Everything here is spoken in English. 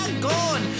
gone